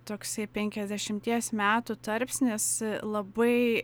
toksai penkiasdešimties metų tarpsnis labai